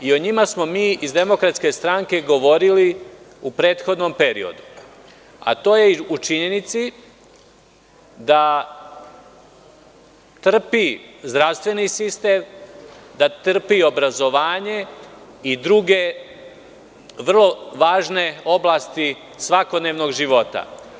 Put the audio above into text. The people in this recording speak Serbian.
O njima smo mi iz DS govorili u prethodnom periodu, a to je u činjenici da trpi zdravstveni sistem, da trpi obrazovanja i druge vrlo važne oblasti svakodnevnog života.